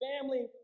family